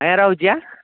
ଆଜ୍ଞା ରହୁଛି